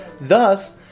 thus